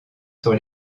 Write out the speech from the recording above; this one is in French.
sur